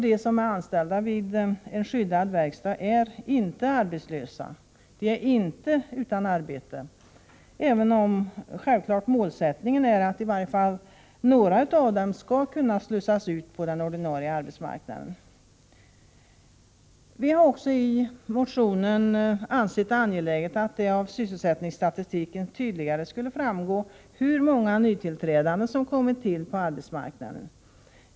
De som är anställda i en skyddad verkstad är nämligen inte arbetslösa — de är inte utan arbete — även om målsättningen självfallet är att i varje fall några av dem skall kunna slussas ut på den ordinarie arbetsmarknaden. Vi har också i motionen framhållit det angelägna i att det av sysselsättningsstatistiken tydligare skall framgå hur många nytillträdande som kommit till på arbetsmarknaden.